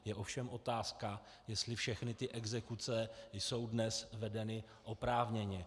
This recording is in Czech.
Je ovšem otázka, jestli všechny ty exekuce jsou dnes vedeny oprávněně.